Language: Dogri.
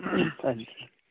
हां जी